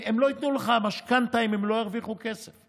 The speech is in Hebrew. הם לא ייתנו לך משכנתה אם הם לא ירוויחו כסף.